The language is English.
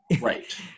Right